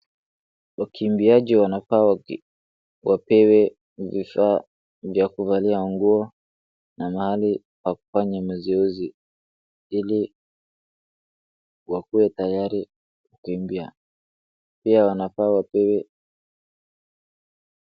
Wakimbiaji wanafaa wapewe vifaa vya kuvalia nguo na mahali pa kufanya mazoezi ili wakue tayari kukimbia pia wanafaa wapewe